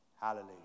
Hallelujah